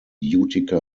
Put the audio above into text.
utica